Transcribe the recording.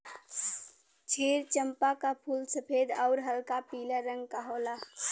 क्षीर चंपा क फूल सफेद आउर हल्का पीला रंग क होला